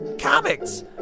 Comics